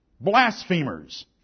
blasphemers